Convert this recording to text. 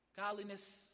godliness